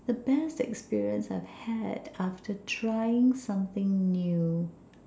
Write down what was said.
the best experience I've had after trying something new